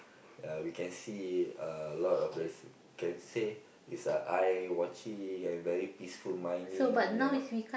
ya we can see uh lot of there's can say it's a eye watching and very peaceful mining ya